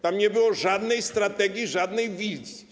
Tam nie było żadnej strategii, żadnej wizji.